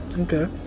Okay